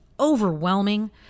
Overwhelming